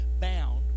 bound